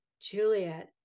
Juliet